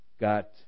got